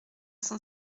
cent